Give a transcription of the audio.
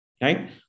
right